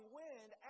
wind